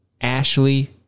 Ashley